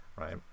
right